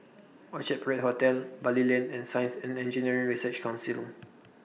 Orchard Parade Hotel Bali Lane and Science and Engineering Research Council